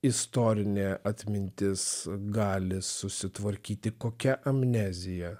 istorinė atmintis gali susitvarkyti kokia amnezija